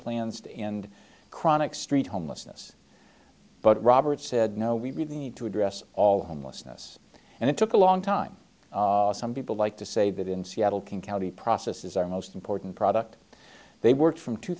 plans to end chronic street homelessness but robert said no we really need to address all homelessness and it took a long time some people like to say that in seattle king county process is our most important product they worked from two